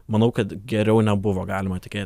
manau kad geriau nebuvo galima tikėt